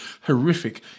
horrific